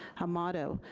hamato,